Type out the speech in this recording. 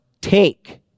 take